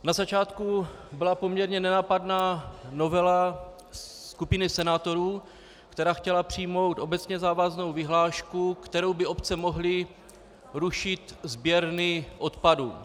Na začátku byla poměrně nenápadná novela skupiny senátorů, která chtěla přijmout obecně závaznou vyhlášku, kterou by obce mohly rušit sběrny odpadů.